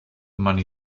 money